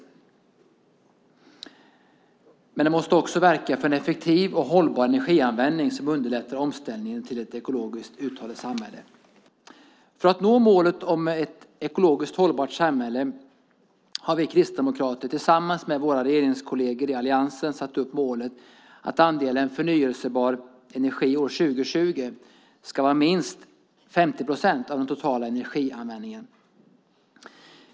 Den svenska energipolitiken måste också verka för en effektiv och hållbar energianvändning som underlättar omställningen till ett ekologiskt uthålligt samhälle. För att nå målet om ett ekologiskt hållbart samhälle har vi kristdemokrater tillsammans med våra regeringskolleger i alliansen satt upp målet att andelen förnybar energi år 2020 ska vara minst 50 procent av den totala energianvändningen.